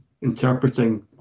interpreting